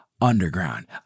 Underground